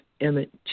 Emmett